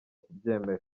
kubyemera